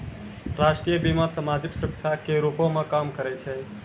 राष्ट्रीय बीमा, समाजिक सुरक्षा के रूपो मे काम करै छै